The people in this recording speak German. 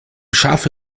scharfe